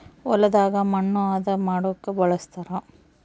ಹೊಲದಾಗ ಮಣ್ಣು ಹದ ಮಾಡೊಕ ಬಳಸ್ತಾರ